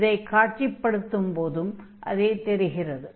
இதைக் காட்சிப்படுத்தும் போதும் அது தெரிகிறது